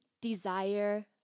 desire